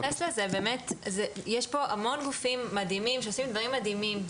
יש פה המון גופים מדהימים שעושים דברים מדהימים,